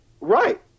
Right